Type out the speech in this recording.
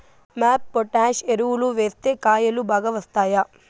MOP potash ఎరువులు వేస్తే కాయలు బాగా వస్తాయా?